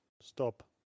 Stop